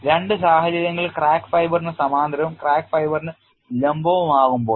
രണ്ട് സാഹചര്യങ്ങളിൽ ക്രാക്ക് ഫൈബറിന് സമാന്തരവും ക്രാക്ക് ഫൈബറിന് ലംബവുമാകുമ്പോൾ